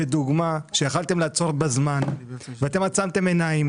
זאת דוגמה שיכולתם לעצור בזמן אבל אתם עצמתם עיניים